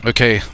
Okay